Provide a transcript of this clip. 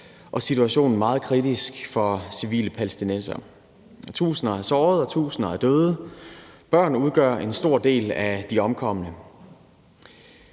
og situationen meget kritisk for civile palæstinensere. Tusinder er sårede, og tusinder er døde. Børn udgør en stor del af de omkomne.